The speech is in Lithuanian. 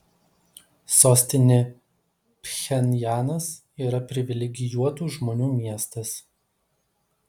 sostinė pchenjanas yra privilegijuotų žmonių miestas